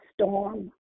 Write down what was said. storm